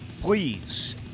Please